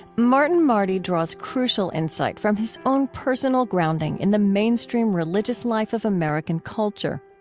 martin marty draws crucial insight from his own personal grounding in the mainstream religious life of american culture.